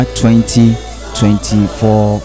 2024